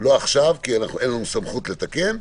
לא עכשיו כי אין לנו סמכות לתקן,